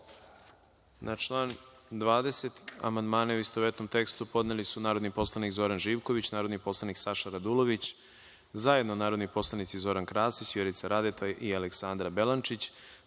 Na član 23. amandmane u istovetnom tekstu podneli su narodni poslanik Zoran Živković, narodni poslanik Saša Radulović, zajedno narodni poslanici Zoran Krasić, Vjerica Radeta i Božidar Delić,